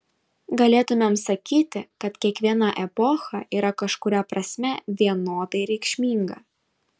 galėtumėm sakyti kad kiekviena epocha yra kažkuria prasme vienodai reikšminga